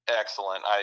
excellent